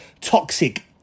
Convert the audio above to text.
toxic